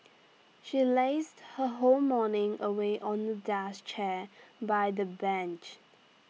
she lazed her whole morning away on A deck chair by the beach